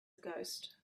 ghost